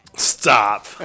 Stop